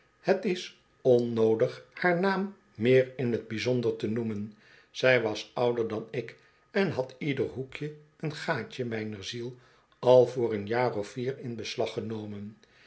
het isonnoodighaar naam meer in t bijzonder te noemen zij was ouder dan ik en had ieder hoekje een gaatje mijner ziel al voor een jaar of vier in beslag genomen